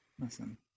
Listen